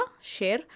share